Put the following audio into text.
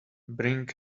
bring